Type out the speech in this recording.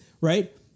right